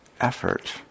effort